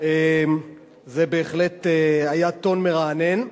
זה בהחלט היה טון מרענן,